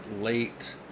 late